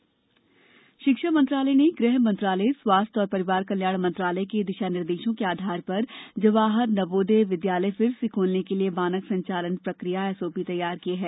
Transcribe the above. शिक्षा मानक संचालन प्रक्रिया शिक्षा मंत्रालय ने गृह मंत्रालय स्वास्थ्य और परिवार कल्याण मंत्रालय के दिशा निर्देशों के आधार पर जवाहर नवोदय विद्यालय फिर से खोलने के लिए मानक संचालन प्रक्रिया एसओपी तैयार की है